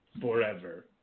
forever